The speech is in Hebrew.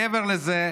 מעבר לזה,